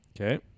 Okay